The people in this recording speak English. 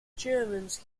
germans